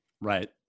right